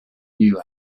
knew